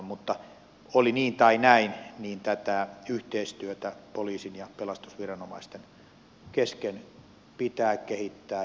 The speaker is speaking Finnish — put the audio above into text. mutta oli niin tai näin tätä yhteistyötä poliisin ja pelastusviranomaisten kesken pitää kehittää